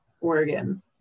Oregon